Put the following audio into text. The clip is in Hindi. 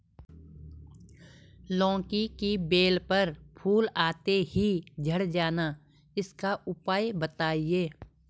लौकी की बेल पर फूल आते ही झड़ जाना इसका उपाय बताएं?